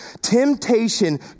Temptation